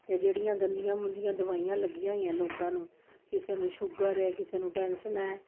ਅਤੇ ਜਿਹੜੀਆਂ ਗੰਦੀਆਂ ਮੁੰਦੀਆਂ ਦਵਾਈਆਂ ਲੱਗੀਆਂ ਹੋਈਆਂ ਲੋਕਾਂ ਨੂੰ ਕਿਸੇ ਨੂੰ ਸ਼ੂਗਰ ਹੈ ਕਿਸੇ ਨੂੰ ਟੈਂਸ਼ਨ ਹੈ